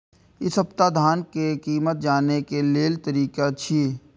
इ सप्ताह धान के कीमत जाने के लेल तरीका की छे?